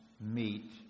meet